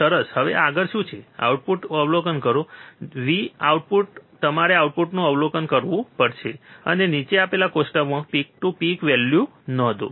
સરસ હવે આગળ શું છે આઉટપુટનું અવલોકન કરો V આઉટ તમારે આઉટપુટનું અવલોકન કરવું પડશે અને નીચે આપેલા કોષ્ટકમાં પીક ટુ પીક વેલ્યુ નોંધો